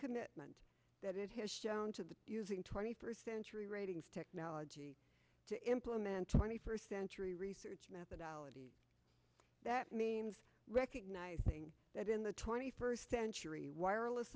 commitment that it has shown to the using twenty first century ratings technology to implement twenty first century research methodology that means recognizing that in the twenty first century wireless